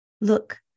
Look